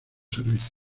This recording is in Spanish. servicios